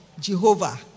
Jehovah